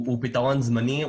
הוא פתרון זמני,